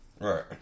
Right